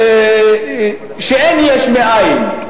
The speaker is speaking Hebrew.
אין יש מאין,